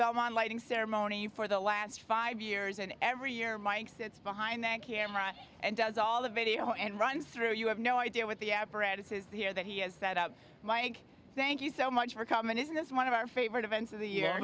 belmont lighting ceremony for the last five years and every year mike sits behind the camera and does all the video and runs through you have no idea what the apparatus is the air that he has that out mike thank you so much for coming in this one of our favorite events of the year